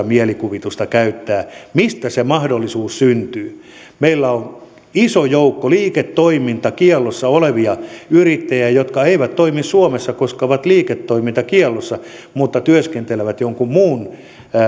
mielikuvitusta käyttää mistä se mahdollisuus syntyy meillä on iso joukko liiketoimintakiellossa olevia yrittäjiä jotka eivät toimi suomessa koska ovat liiketoimintakiellossa mutta työskentelevät jonkun muun